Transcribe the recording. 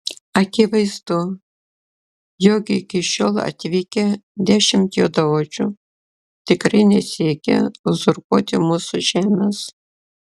akivaizdu jog iki šiol atvykę dešimt juodaodžių tikrai nesiekia uzurpuoti mūsų žemės